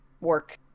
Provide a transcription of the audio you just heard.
work